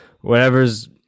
whatever's